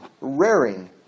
raring